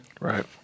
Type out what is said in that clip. Right